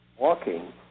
walking